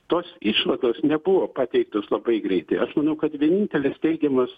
tos išvados nebuvo pateiktos labai greitai aš manau kad vienintelis teigiamas